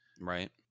right